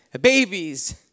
babies